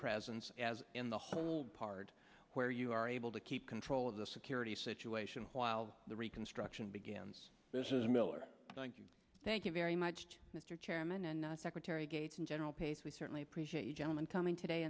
presence in the home where you are able to keep control of the security situation while the reconstruction begins this is miller thank you very much mr chairman and secretary gates and general pace we certainly appreciate you gentlemen coming today